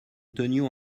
tenions